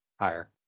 Higher